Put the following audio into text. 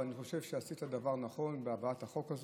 אבל אני חושב שעשית דבר נכון בהבאת החוק הזה.